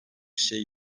şey